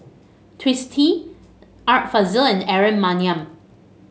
Twisstii Art Fazil and Aaron Maniam